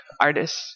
artists